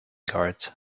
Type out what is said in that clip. guards